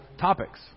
topics